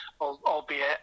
albeit